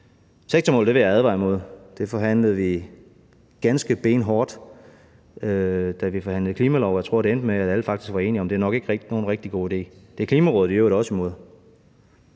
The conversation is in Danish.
Sektormål vil jeg advare imod. Det forhandlede vi ganske benhårdt, da vi forhandlede klimalov, og jeg tror faktisk, det endte med, at alle var enige om, at det nok ikke rigtig var nogen god idé. Klimarådet er i øvrigt også imod